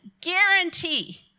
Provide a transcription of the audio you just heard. guarantee